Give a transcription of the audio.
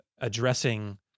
addressing